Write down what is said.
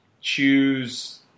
choose